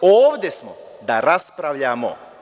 Ovde smo da raspravljamo.